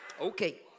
Okay